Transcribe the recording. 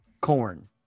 Corn